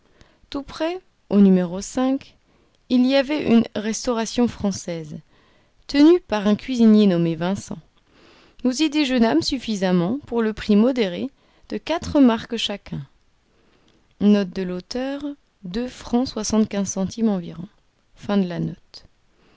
tout près au il y avait une restauration française tenue par un cuisinier nommé vincent nous y déjeunâmes suffisamment pour le prix modéré de quatre marks chacun